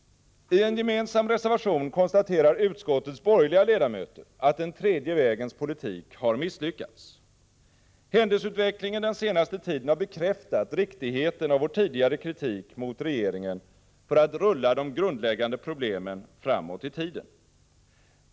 Ten gemensam reservation konstaterar utskottets borgerliga ledamöter att den tredje vägens politik har misslyckats. Händelseutvecklingen den senaste tiden har bekräftat riktigheten av vår tidigare kritik mot regeringen för att den rullar de grundläggande problemen framåt i tiden.